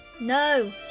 no